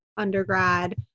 undergrad